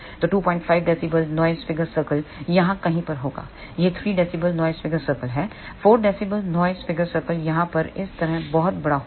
तो 25 dB noise figure circle यहां कहीं पर होगा यह 3 dB नॉइज़ फिगर सर्कल है 4 dB नॉइज़ फिगर सर्कल यहाँ पर इस तरह बहुत बड़ा होगा